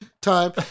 time